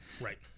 Right